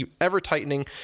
ever-tightening